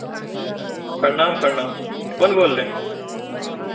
प्रणाम प्रणाम कौन बोल रहे हैं